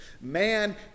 Man